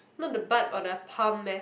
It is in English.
not the butt or the palm meh